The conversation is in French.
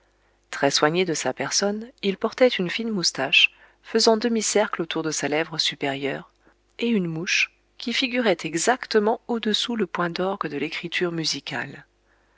très soigné de sa personne il portait une fine moustache faisant demi-cercle autour de sa lèvre supérieure et une mouche qui figuraient exactement audessous le point d'orgue de l'écriture musicale